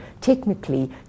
technically